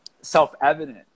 self-evident